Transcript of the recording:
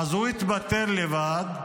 אז הוא התפטר לבד,